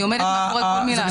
אני עומדת מאחורי כל מילה.